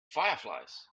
fireflies